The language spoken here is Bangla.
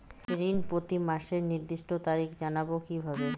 ঋণ প্রতিমাসের নির্দিষ্ট তারিখ জানবো কিভাবে?